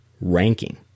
ranking